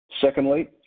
Secondly